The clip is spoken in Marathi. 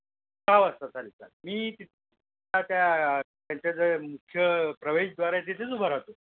सहा वाजता चालेल चालेल मी तर त्या त्या त्यांच्या जे मुख्य प्रवेशद्वार आहे तिथेच उभा राहतो